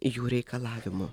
jų reikalavimų